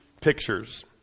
pictures